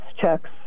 checks